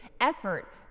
effort